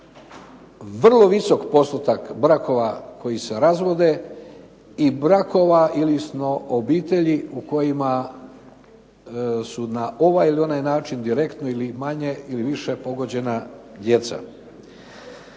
vrlo visok postotak brakova koji se razvode i brakova, odnosno obitelji u kojima su na ovaj ili onaj način, direktno ili manje ili više pogođena djeca.